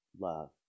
love